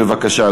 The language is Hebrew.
בבקשה,